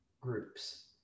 groups